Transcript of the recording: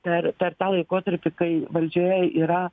per per tą laikotarpį kai valdžioje yra